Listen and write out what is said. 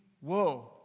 whoa